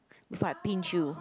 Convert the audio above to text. before I pinch you